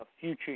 future